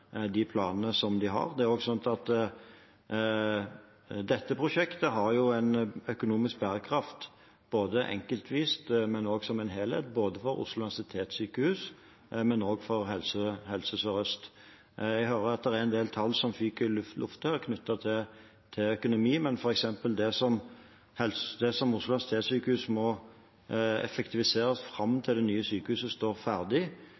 de planene de har. Dette prosjektet har en økonomisk bærekraft, både enkeltvis og som en helhet, både for Oslo universitetssykehus og for Helse Sør-Øst. Jeg hører at det er en del tall som fyker i luften her knyttet til økonomi, men f.eks. det som Oslo universitetssykehus må effektivisere fram til det nye sykehuset står ferdig,